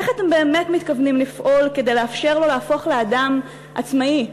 איך אתם באמת מתכוונים לפעול כדי לאפשר לו להפוך לאדם עצמאי,